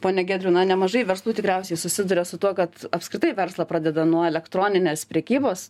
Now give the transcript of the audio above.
pone giedriau na nemažai verslų tikriausiai susiduria su tuo kad apskritai verslą pradeda nuo elektroninės prekybos